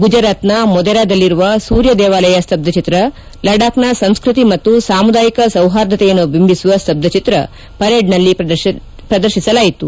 ಗುಜರಾತ್ನ ಮೊದೇರಾದಲ್ಲಿರುವ ಸೂರ್ಯ ದೇವಾಲಯ ಸ್ತಬ್ಬಚಿತ್ರ ಲಡಾಕ್ನ ಸಂಸ್ಟತಿ ಮತ್ತು ಸಾಮುದಾಯಿಕ ಸೌಹಾರ್ದತೆಯನ್ನು ಬಿಂಬಿಸುವ ಸ್ತಬ್ಬಚಿತ್ರ ಪೆರೇಡ್ನಲ್ಲಿ ಪ್ರದರ್ಶಿಸಲಾಯಿತು